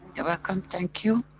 you're welcome. thank you.